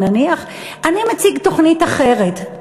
אבל נניח, אני מציג תוכנית אחרת.